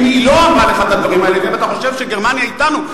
אם היא לא אמרה לך את הדברים האלה ואם אתה חושב שגרמניה אתנו,